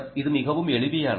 இது மிகவும் எளிமையானது